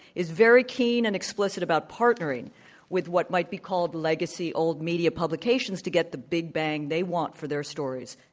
is very keen and explicit about partnering with what might be called legacy old media publications to get the big bang they want for their stories